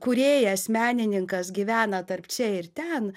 kūrėjas menininkas gyvena tarp čia ir ten